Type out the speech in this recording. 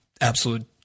absolute